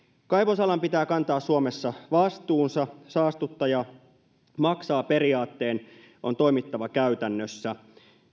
kaivosalan pitää kantaa suomessa vastuunsa saastuttaja maksaa periaatteen on toimittava käytännössä